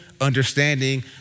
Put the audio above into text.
understanding